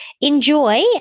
Enjoy